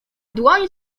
dłoń